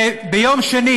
וביום שני